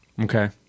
okay